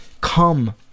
come